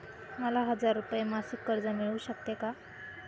मला हजार रुपये मासिक कर्ज मिळू शकते का?